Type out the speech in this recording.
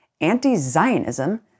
anti-Zionism